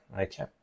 Okay